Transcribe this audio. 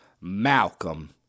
Malcolm